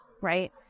Right